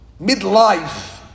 Midlife